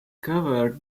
cover